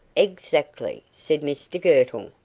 exactly, said mr girtle.